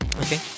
Okay